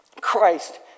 Christ